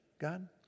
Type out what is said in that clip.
God